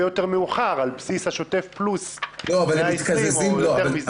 יותר מאוחר על בסיס השוטף פלוס 120 או יותר מזה.